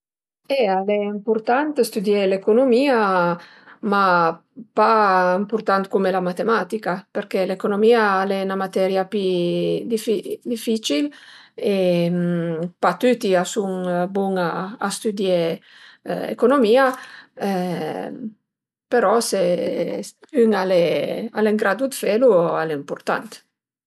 E al e ëmpurtant stüdié l'ecunumìa, ma pa ëmpurtant cume la matematica, përché l'economia al e 'na materia pi dificil e pa tüti a sun bun a stüdié economia, però se ün al e ën gradu 'd felu al e ëmpurtant